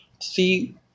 see